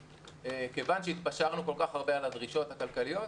מכיוון שהתפשרנו כל כך הרבה על הדרישות הכלכליות,